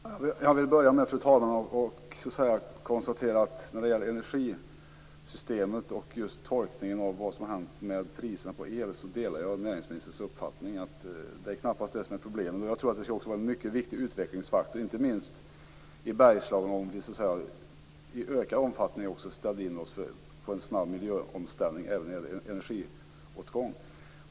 Fru talman! Jag vill börja med att konstatera att när det gäller energisystemet och tolkningen av vad som har hänt med priserna på el delar jag näringsministerns uppfattning att det knappast är det som är problemet. Jag tror att det också är en mycket viktig utvecklingsfaktor, inte minst i Bergslagen, om vi i ökad omfattning också ställde in oss på en snabb miljöomställning även när det gäller energiåtgång.